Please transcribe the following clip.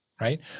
right